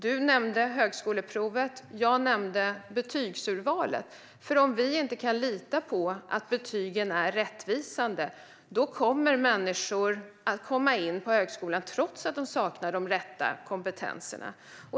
Du nämnde högskoleprovet, och jag nämnde betygsurvalet. Om vi inte kan lita på att betygen är rättvisande kommer människor att komma in på högskolan trots att de saknar de rätta kompetenserna.